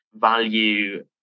value